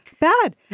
bad